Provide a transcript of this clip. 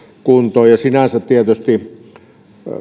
kuntoon sinänsä tietysti